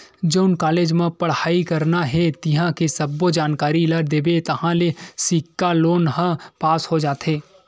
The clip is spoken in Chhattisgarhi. जउन कॉलेज म पड़हई करना हे तिंहा के सब्बो जानकारी ल देबे ताहाँले सिक्छा लोन ह पास हो जाथे